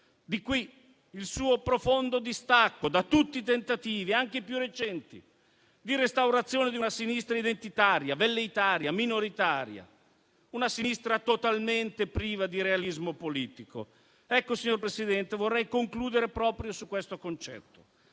Di qui il suo profondo distacco da tutti i tentativi, anche i più recenti, di restaurazione di una sinistra identitaria, velleitaria, minoritaria; una sinistra totalmente priva di realismo politico. Signor Presidente, vorrei concludere proprio su questo concetto.